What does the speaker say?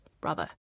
brother